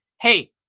hey